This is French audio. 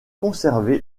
conservé